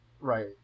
Right